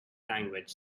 language